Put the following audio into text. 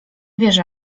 wierzę